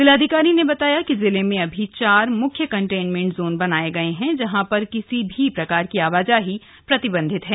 जिलाधिकारी ने बताया जिले में अभी चार मुख्य कंटेनमेंट जोन बनाए गए हैं जहां पर किसी भी प्रकार की आवाजाही प्रतिबंधित है